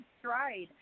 stride